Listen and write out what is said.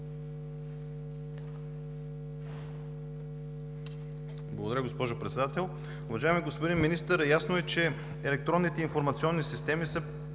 Благодаря, госпожо Председател. Уважаеми господин Министър, ясно е, че електронните информационни системи са